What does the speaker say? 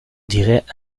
dirait